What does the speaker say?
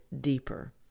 deeper